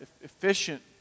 efficient